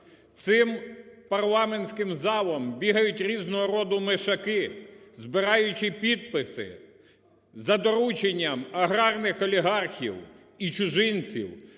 Цим парламентським залом бігають різного роду мишаки, збираючи підписи за доручення аграрних олігархів і чужинців,